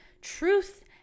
truth